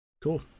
cool